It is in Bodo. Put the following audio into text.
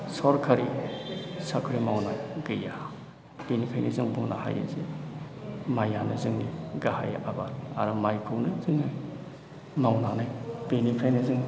सरकारि साख्रि मावनाय गैया बेनिखायनो जों बुंनो हायो जे माइयानो जोंनि गाहाय आबाद आरो माइखौनो जोङो मावनानै बेनिफ्रायनो जों